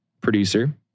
producer